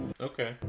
Okay